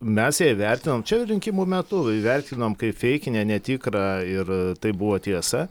mes ją įvertinom čia rinkimų metu įvertinom kaip feikinę netikrą ir tai buvo tiesa